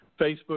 Facebook